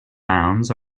mounds